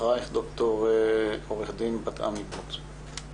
אחריך ד"ר עו"ד בת-עמי ברוט.